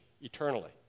eternally